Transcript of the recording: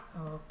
Okay